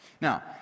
Now